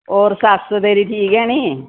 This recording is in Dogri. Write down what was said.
होर सस्स तेरी ठीक ऐ नी